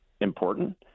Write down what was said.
important